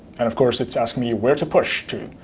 and of course, it's asking me where to push to.